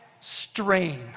strain